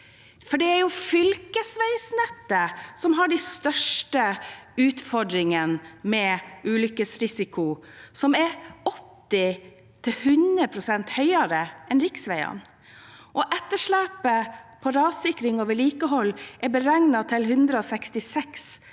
har. Det er fylkesveinettet som har de største utfordringene, med en ulykkesrisiko som er 80–100 pst. høyere enn på riksveiene, og etterslepet på rassikring og vedlikehold er beregnet til 166 mrd.